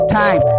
time